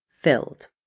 filled